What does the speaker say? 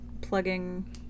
plugging